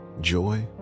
joy